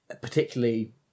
particularly